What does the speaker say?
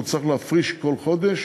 הוא צריך להפריש בכל חודש